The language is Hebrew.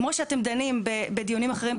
כמו שאתם דנים בדיונים אחרים,